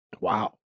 wow